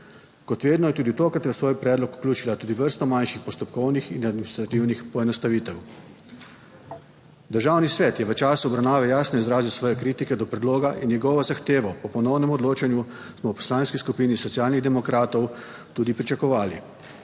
Kot vedno je tudi tokrat v svoj predlog vključila tudi vrsto manjših postopkovnih in administrativnih poenostavitev. Državni svet je v času obravnave jasno izrazil svoje kritike do predloga in njegovo zahtevo po ponovnem odločanju smo v Poslanski skupini Socialnih demokratov tudi pričakovali.